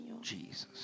Jesus